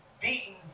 beaten